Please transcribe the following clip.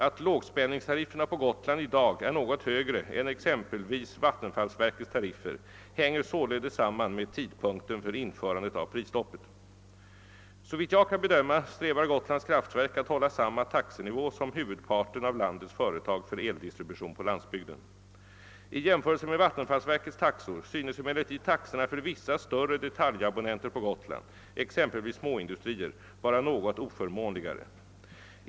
Att lågspänningstarifferna på Gotland i dag är något högre än exempelvis vattenfallsverkets tariffer hänger således samman med tidpunkten för införandet av prisstoppet. Såvitt jag kan bedöma strävar Gotlands kraftverk att hålla samma taxenivå som huvudparten av landets företag för eldistribution på landsbygden. I jämförelse med vattenfallsverkets taxor synes emellertid taxorna för vissa större detaljabonnenter på Gotland, exempelvis småindustrier, vara något oförmån ligare.